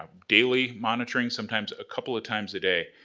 ah daily monitoring, sometimes, a couple of times a day.